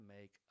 make